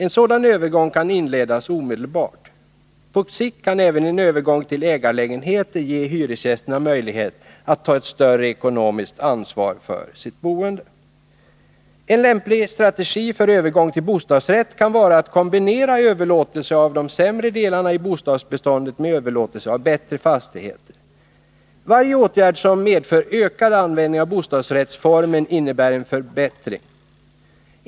En sådan övergång kan inledas omedelbart. På sikt kan även en övergång till ägarlägenheter ge hyresgästerna möjlighet att ta ett större ekonomiskt ansvar för sitt boende. En lämplig strategi för övergång till bostadsrätt kan vara att kombinera överlåtelse av de sämre delarna i bostadsbeståndet med överlåtelse av bättre fastigheter. Varje åtgärd som medför ökad användning av bostadsrättsformen innebär en förändring till det bättre.